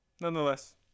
nonetheless